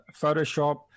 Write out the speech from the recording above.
Photoshop